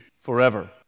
forever